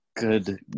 Good